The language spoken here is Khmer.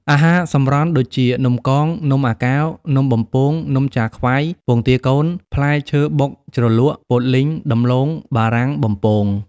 អាហារសម្រន់ដូចជា នំកង នំអាកោរ នំបំពង នំចាខ្វៃ ពងទាកូន ផ្លែឈើបុកជ្រលក់ ពោតលីង ដំឡូងបារាំងបំពង។